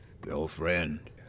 girlfriend